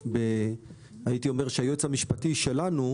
הייתי אומר שהיועץ המשפטי שלנו,